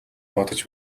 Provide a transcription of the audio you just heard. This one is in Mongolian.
бодож